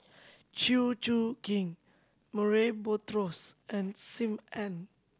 Chew Choo Keng Murray Buttrose and Sim Ann